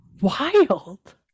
wild